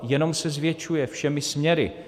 Jenom se zvětšuje všemi směry.